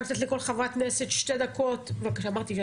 אני נותנת לכל חברת כנסת שתי דקות לסכם,